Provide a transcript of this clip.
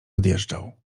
odjeżdżał